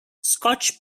scotch